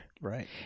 right